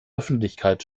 öffentlichkeit